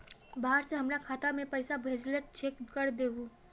बाहर से हमरा खाता में पैसा भेजलके चेक कर दहु?